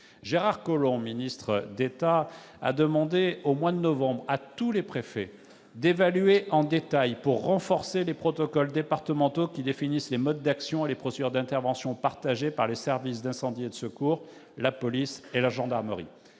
Gérard Collomb, ministre d'État, a demandé à tous les préfets, en novembre dernier, d'évaluer en détail les protocoles départementaux qui définissent les modes d'action et les procédures d'intervention partagés par les services d'incendie et de secours, la police et la gendarmerie.